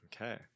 Okay